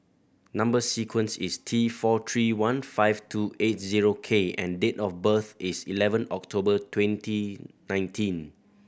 number sequence is T four three one five two eight zero K and date of birth is eleven October twenty nineteen